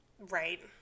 Right